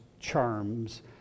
charms